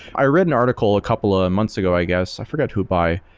i read an article a couple of months ago, i guess, i forget who by,